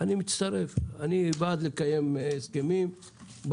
אני בעד לקיים הסכמים.